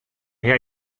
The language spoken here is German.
her